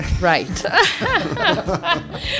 right